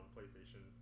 PlayStation